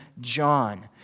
John